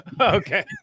Okay